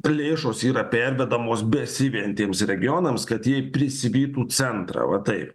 lėšos yra pervedamos besivejantiems regionams kad jie prisivytų centrą va taip